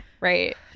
Right